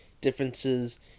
differences